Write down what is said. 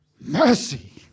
mercy